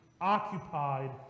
occupied